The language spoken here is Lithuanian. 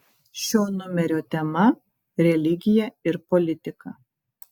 šio numerio tema religija ir politika